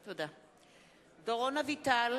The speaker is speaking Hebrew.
(קוראת בשמות חברי הכנסת) דורון אביטל,